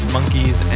Monkeys